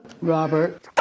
robert